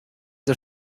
der